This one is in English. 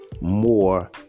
more